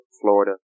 Florida